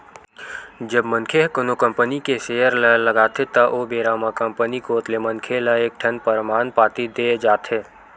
जब मनखे ह कोनो कंपनी के म सेयर ल लगाथे त ओ बेरा म कंपनी कोत ले मनखे ल एक ठन परमान पाती देय जाथे